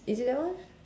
is it that one